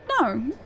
No